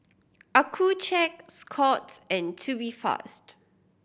Accucheck Scott's and Tubifast